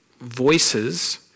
voices